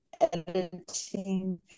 editing